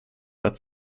but